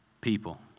people